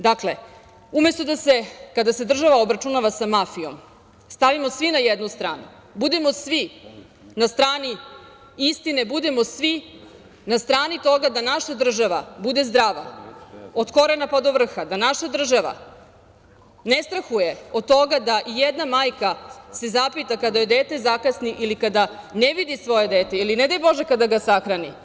Dakle, umesto da se kada se država obračunava sa mafijom stanimo svi na jednu stranu, budimo svi na strani istine, budimo svi na strani toga da naša država bude zdrava od korena pa do vrha, da naša država ne strahuje od toga da jedna majka se zapita kada joj dete zakasni ili kada ne vidi svoje dete, ili ne daj Bože kada ga sahrani.